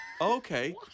Okay